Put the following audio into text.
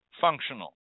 functional